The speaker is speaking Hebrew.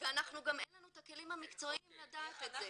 וגם אין לנו את הכלים המקצועיים לדעת את זה.